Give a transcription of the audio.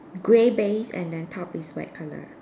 grey base and then top is white color